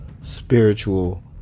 spiritual